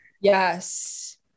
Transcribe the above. Yes